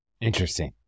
Interesting